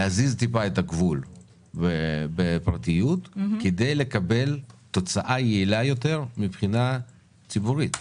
להזיז טיפה את הגבול בפרטיות כדי לקבל תוצאה יעילה יותר מבחינה ציבורית.